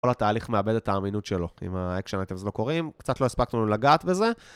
כל התהליך מאבד את האמינות שלו, אם האקשן אייטמז לא קורים, קצת לא הספקנו לגעת בזה.